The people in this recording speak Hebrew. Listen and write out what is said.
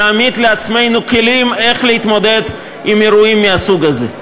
נעמיד לעצמנו כלים להתמודד עם אירועים מהסוג הזה.